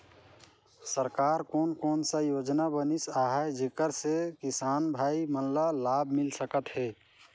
सरकार कोन कोन सा योजना बनिस आहाय जेकर से किसान भाई मन ला लाभ मिल सकथ हे?